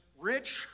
rich